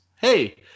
hey